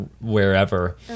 wherever